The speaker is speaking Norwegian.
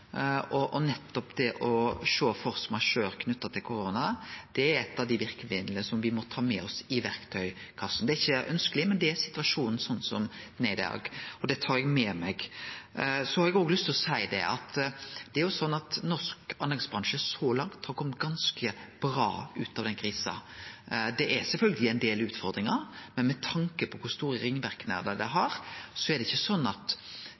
Det å sjå på force majeure knytt til korona er eit av dei verkemidla som me må ta med oss i verktøykassa. Det er ikkje ønskjeleg, men det er situasjonen slik som den er i dag. Det tar eg med meg. Så har eg også lyst til å seie at norsk anleggsbransje så langt har kome ganske bra ut av denne krisa. Det er sjølvsagt ein del utfordringar, men med tanke på kor store ringverknader det har, er det ikkje slik at